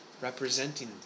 representing